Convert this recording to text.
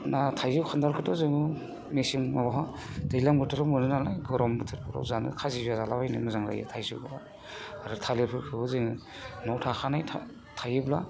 दा थाइजौ खान्थालखौथ' जोङो मेसें माबावहा दैज्लां बोथोराव मोनोनालाय गरम बोथोरफोराव जानो खाजि जालाबायनो मोजां जायो थाइजौ आरो थालिरफोरखौबो जोङो न'आव थाखानाय थायोब्ला